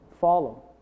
follow